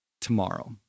tomorrow